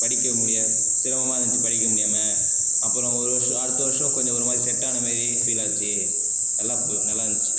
படிக்க முடியா சிரமமாக இருந்துச்சு படிக்க முடியாமல் அப்புறம் ஒரு வருஷம் அடுத்த வருஷம் கொஞ்சம் ஒரு மாதிரி செட் ஆனமாரி ஃபீல் ஆச்சி நல்லா போ நல்லா இருந்துச்சு